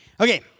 Okay